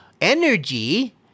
energy